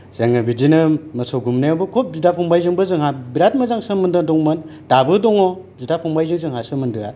जोङो बिदिनो मोसौ गुमनायावबो खुब बिदा फंबाइजोंबो जोंहा बेराद मोजां सोमोन्दो दंमोन दाबो दङ बिदा फंबाइजों जोंहा सोमोनदोआ